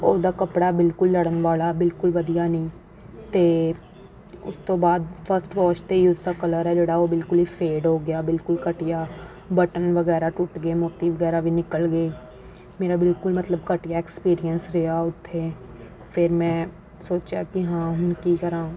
ਉਹਦਾ ਕੱਪੜਾ ਬਿਲਕੁਲ ਲੜਨ ਵਾਲਾ ਬਿਲਕੁਲ ਵਧੀਆ ਨਹੀਂ ਅਤੇ ਉਸ ਤੋਂ ਬਾਅਦ ਫਸਟ ਵੋਸ਼ 'ਤੇ ਉਸਦਾ ਕਲਰ ਹੈ ਜਿਹੜਾ ਉਹ ਬਿਲਕੁਲ ਹੀ ਫੇਡ ਹੋ ਗਿਆ ਬਿਲਕੁਲ ਘਟੀਆ ਬਟਨ ਵਗੈਰਾ ਟੁੱਟ ਗਏ ਮੋਤੀ ਵਗੈਰਾ ਵੀ ਨਿਕਲ ਗਏ ਮੇਰਾ ਬਿਲਕੁਲ ਮਤਲਬ ਘਟੀਆ ਐਕਸਪੀਰੀਅੰਸ ਰਿਹਾ ਉੱਥੇ ਫਿਰ ਮੈਂ ਸੋਚਿਆ ਕਿ ਹਾਂ ਹੁਣ ਕੀ ਕਰਾਂ